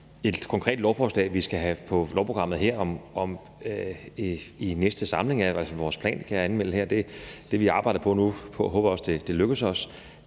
et konkret lovforslag, vi skal have på lovprogrammet her i næste samling. Det er i hvert fald vores plan, kan jeg anmelde her. Det er det, vi arbejder på nu, og jeg håber også, det lykkes os.